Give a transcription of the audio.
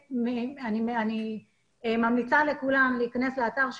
אני ממליצה לכולם להיכנס לאתר שלנו,